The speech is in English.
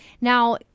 Now